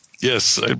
Yes